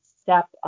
step